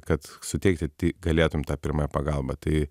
kad suteikti galėtum tą pirmąją pagalbą tai